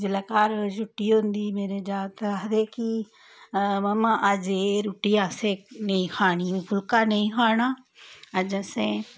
जिल्लै घर छुट्टी होंदी मेरे जागत आखदे कि मम्मा अज्ज एह् एह् रूट्टी असें नेई खानी फुल्का नेई खाना अस्स असें